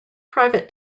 private